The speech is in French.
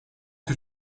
que